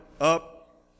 up